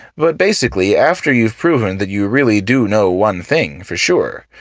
but basically, after you've proven that you really do know one thing for sure,